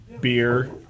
beer